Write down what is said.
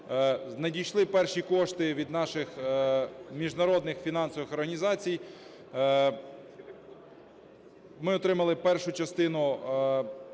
Надійшли перші кошти від наших міжнародних фінансових організацій. Ми отримали першу частину незв'язаного